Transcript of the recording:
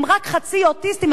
הם רק חצי אוטיסטים,